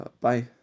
Bye